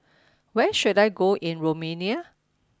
where should I go in Romania